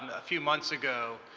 a few months ago,